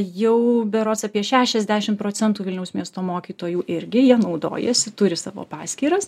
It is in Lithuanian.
jau berods apie šešiasdešim procentų vilniaus miesto mokytojų irgi ja naudojasi turi savo paskyras